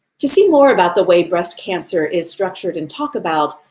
to see more about the way breast cancer is structured, and talked about,